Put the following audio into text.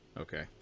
Okay